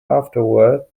afterward